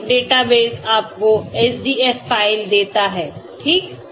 Zinc database आपको SDF file देता है ठीक